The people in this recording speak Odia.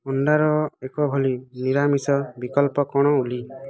ଅଣ୍ଡାର ଏକ ଭଲ ନିରାମିଷ ବିକଳ୍ପ କ'ଣ ଓଲି